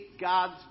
God's